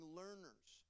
learners